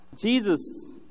Jesus